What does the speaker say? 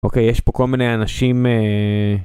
אוקיי, יש פה כל מיני אנשים, אההה...